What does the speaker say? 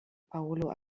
paolo